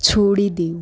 છોડી દેવું